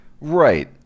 Right